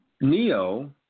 Neo